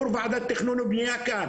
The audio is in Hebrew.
המקום שיו"ר ועדת טכנולוגיה גר,